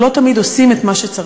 אבל אנחנו לא תמיד עושים את מה שצריך,